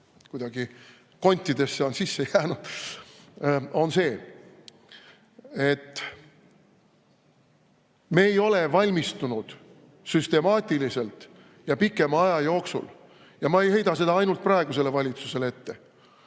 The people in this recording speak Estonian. kuidagi kontidesse sisse jäänud. See on see, et me ei ole valmistunud süstemaatiliselt ja pikema aja jooksul. Ja ma ei heida seda ainult praegusele valitsusele ette.